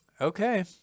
Okay